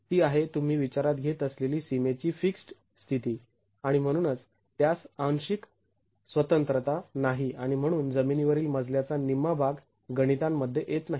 ती आहे तुम्ही विचारात घेत असलेली सीमेची फिक्स्ड् स्थिती आणि म्हणूनच त्यास अंशिक स्वतंत्रता नाही आणि म्हणून जमिनीवरील मजल्याचा निम्मा भाग गणितांमध्ये येत नाही